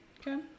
Okay